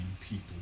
people